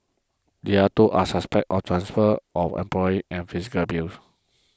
the other two are suspect are transfer of employer and physical abuse